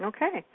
Okay